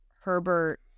Herbert